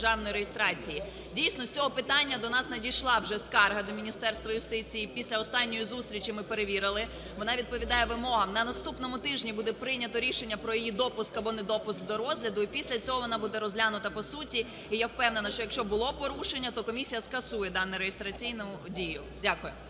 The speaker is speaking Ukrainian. Дійсно, з цього питання до нас надійшла вже скарга до Міністерства юстиції. Після останнього зустрічі ми перевірили, вона відповідає вимогам. На наступному тижні буде прийнято рішення про її допуск абонедопуск до розгляду і після цього вона буде розглянута по суті. І я впевнена, що якщо було порушення, то комісія скасує дане реєстраційну дію. Дякую.